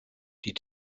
die